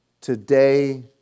today